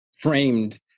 framed